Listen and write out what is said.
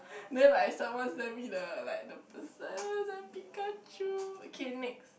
then like someone sent me the like the person I was like Pikachu okay next